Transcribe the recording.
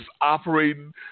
operating